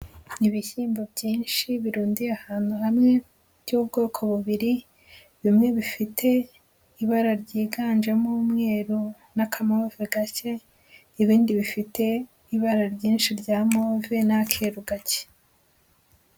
Ibishyimbo byinshi birundiye ahantu hamwe by'ubwoko bubiri, bimwe bifite ibara ryiganjemo umweru n'akamove gake, ibindi bifite ibara ryinshi rya move n'akeru gake.